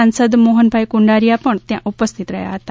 સાંસદ મોહનભાઈ કુંડારીયા પણ ઉપસ્થિત રહ્યા હતા